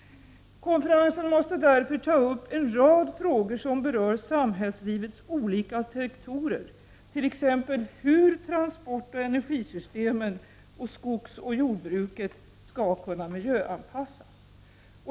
Konferensen måste därför ta upp en rad frågor som berör samhällslivets olika sektorer, t.ex. hur transportoch energisystemen och skogsoch jordbruket skall kunna miljöanpassas.